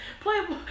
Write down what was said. Playboy